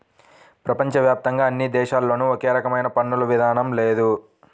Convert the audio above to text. ప్రపంచ వ్యాప్తంగా అన్ని దేశాల్లోనూ ఒకే రకమైన పన్నుల విధానం లేదు